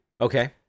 Okay